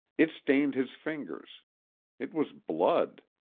it stained his fingers it was blood!